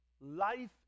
life